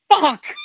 fuck